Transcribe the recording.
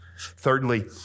Thirdly